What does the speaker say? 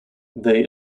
they